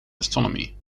astronomy